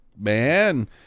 man